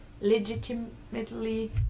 Legitimately